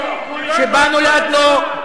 שבה נולדנו,